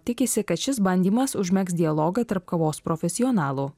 tikisi kad šis bandymas užmegs dialogą tarp kavos profesionalų